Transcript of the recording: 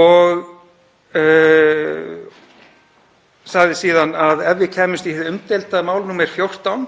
og sagði síðan að ef við kæmumst í hið umdeilda mál nr. 14,